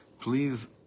Please